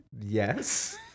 Yes